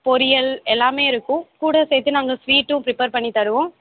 பொரியல் எல்லாமே இருக்கும் கூட சேர்த்து நாங்கள் ஸ்வீட்டும் ப்ரிப்பர் பண்ணித்தருவோம்